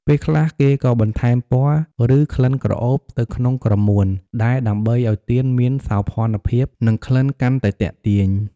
ពេលខ្លះ គេក៏បន្ថែមពណ៌ ឬក្លិនក្រអូបទៅក្នុងក្រមួនដែរដើម្បីឲ្យទៀនមានសោភ័ណភាព និងក្លិនកាន់តែទាក់ទាញ ។